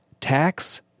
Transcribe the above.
tax